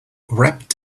wrapped